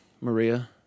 maria